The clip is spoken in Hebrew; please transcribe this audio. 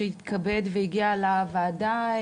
שהתכבד והגיע לוועדה,